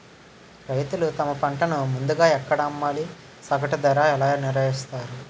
రైతులు తమ పంటను ముందుగా ఎక్కడ అమ్మాలి? సగటు ధర ఎలా నిర్ణయిస్తారు?